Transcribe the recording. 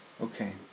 Okay